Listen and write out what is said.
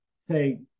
say